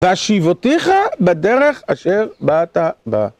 ואשיבותך בדרך אשר באת בה.